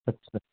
अच्छा